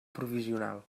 provisional